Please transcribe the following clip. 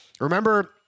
remember